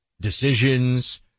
decisions